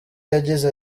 yagize